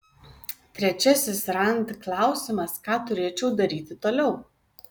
trečiasis rand klausimas ką turėčiau daryti toliau